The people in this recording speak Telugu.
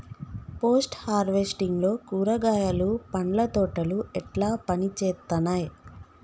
పోస్ట్ హార్వెస్టింగ్ లో కూరగాయలు పండ్ల తోటలు ఎట్లా పనిచేత్తనయ్?